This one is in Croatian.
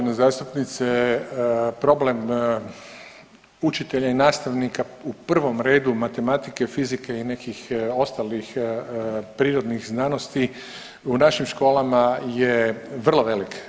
Uvažena zastupnice, problem učitelja i nastavnika u prvom redu matematike, fizike i nekih ostalih prirodnih znanosti u našim školama je vrlo velik.